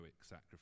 sacrifice